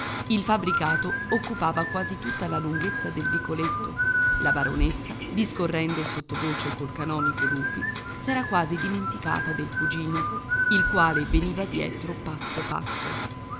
il fabbricato occupava quasi tutta la lunghezza del vicoletto la baronessa discorrendo sottovoce col canonico lupi s'era quasi dimenticata del cugino il quale veniva dietro passo passo